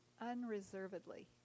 unreservedly